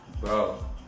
Bro